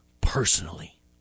personally